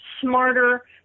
smarter